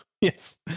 yes